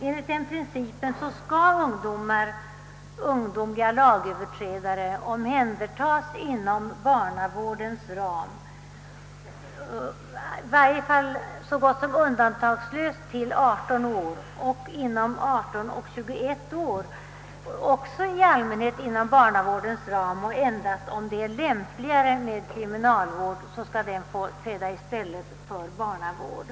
Enligt denna princip skulle ungdomliga lagöverträdare på upp till 18 år omhändertas så gott som undantagslöst inom barnavårdens ram, och detta skulle även i allmänhet ske med ungdomar mellan 18 och 21 år. Endast om det är lämpligare med kriminalvård skall denna träda i stället för barnavård.